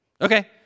Okay